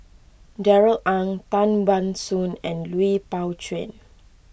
Darrell Ang Tan Ban Soon and Lui Pao Chuen